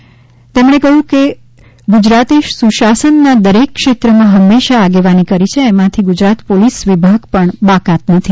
મંત્રીશ્રીએ વધુમાં જણાવ્યું કે ગુજરાતે સુશાસનના દરેક ક્ષેત્રમાં હંમેશા આગેવાની કરી છે એમાંથી ગુજરાત પોલીસ વિભાગ પણ બાકાત નથી